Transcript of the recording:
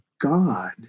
God